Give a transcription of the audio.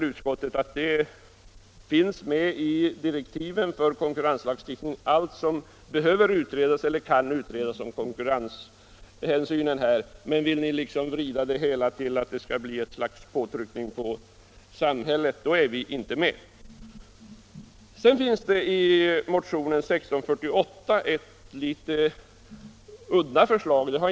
Utskottet anser att i direktiven till konkurrenslagstiftningsutredningen har tagits med allt som behöver utredas eller kan utredas om konkurrenshänsynen. Om ni vill vrida det hela till att det skall bli ett slags påtryckning på samhället, då är vi inte med. I motionen 1648 finns ett litet udda förslag.